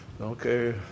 okay